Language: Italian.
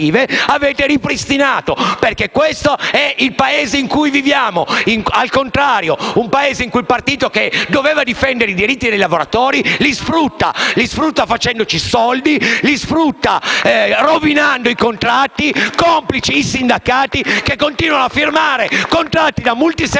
avete ripristinato. Questo è il Paese in cui viviamo, al contrario: un Paese in cui il partito che doveva difendere i diritti dei lavoratori, li sfrutta, facendoci soldi. *(Applausi dal Gruppo M5S)*. Li sfrutta rovinando i contratti, complici i sindacati, che continuano a firmare contratti da multiservizi